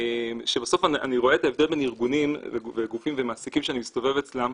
שבסוף אני רואה את ההבדל בין ארגונים וגופים ומעסיקים שאני מסתובב אצלם,